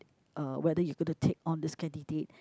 uh whether you gonna take on this candidate